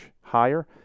higher